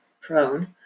prone